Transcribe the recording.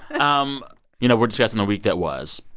um you know, we're stressing the week that was.